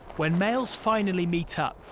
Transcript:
when males finally meet up,